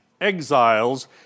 exiles